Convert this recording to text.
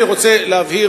אני רוצה להבהיר,